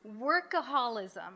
workaholism